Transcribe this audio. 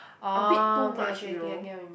a bit too much you know